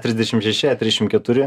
e trisdešimt šeši e trisdešimt keturi